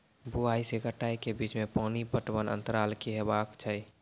बुआई से कटाई के बीच मे पानि पटबनक अन्तराल की हेबाक चाही?